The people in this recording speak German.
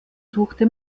suchte